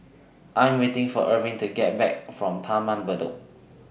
I'm waiting For Arvin to Come Back from Taman Bedok